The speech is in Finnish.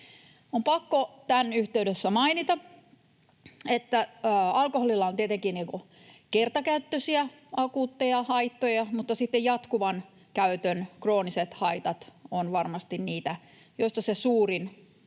On pakko tämän yhteydessä mainita, että alkoholilla on tietenkin kertakäytön akuutteja haittoja, mutta sitten jatkuvan käytön krooniset haitat ovat varmasti niitä, joista se suurin